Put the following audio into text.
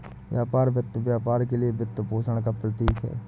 व्यापार वित्त व्यापार के लिए वित्तपोषण का प्रतीक है